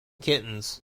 kittens